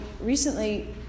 recently